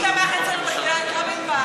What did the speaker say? מי תמך אצלנו בקריאה הטרומית בהצעת החוק?